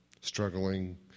struggling